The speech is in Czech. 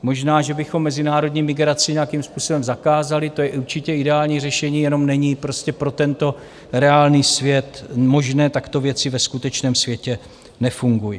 Možná, že bychom mezinárodní migraci nějakým způsobem zakázali, to je i určitě ideální řešení, jenom není pro tento reálný svět možné, takto věci ve skutečném světě nefungují.